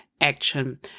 action